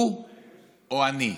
הוא או אני?